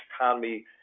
economy